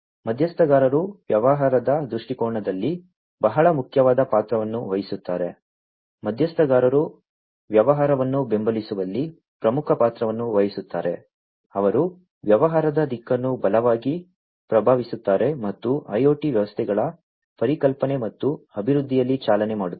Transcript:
ಮಧ್ಯಸ್ಥಗಾರರು ವ್ಯವಹಾರದ ದೃಷ್ಟಿಕೋನದಲ್ಲಿ ಬಹಳ ಮುಖ್ಯವಾದ ಪಾತ್ರವನ್ನು ವಹಿಸುತ್ತಾರೆ ಮಧ್ಯಸ್ಥಗಾರರು ವ್ಯವಹಾರವನ್ನು ಬೆಂಬಲಿಸುವಲ್ಲಿ ಪ್ರಮುಖ ಪಾತ್ರವನ್ನು ವಹಿಸುತ್ತಾರೆ ಅವರು ವ್ಯವಹಾರದ ದಿಕ್ಕನ್ನು ಬಲವಾಗಿ ಪ್ರಭಾವಿಸುತ್ತಾರೆ ಮತ್ತು IoT ವ್ಯವಸ್ಥೆಗಳ ಪರಿಕಲ್ಪನೆ ಮತ್ತು ಅಭಿವೃದ್ಧಿಯಲ್ಲಿ ಚಾಲನೆ ಮಾಡುತ್ತಾರೆ